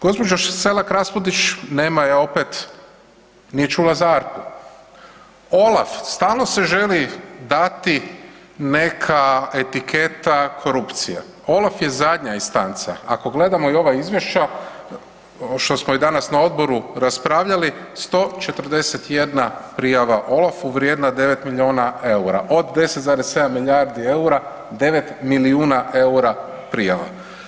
Gđa. Selak Raspudić, nema je opet, nije čula za ARPA-u, OLAF, stalno se želi dati neka etiketa korupcije, OLAF je zadnja instanca, ako gledamo i ova izvješća što smo i danas na odboru raspravljali, 141 prijava OLAF-u vrijedna 9 milijuna eura, od 10,7 milijardi eura, 9 milijuna eura prijava.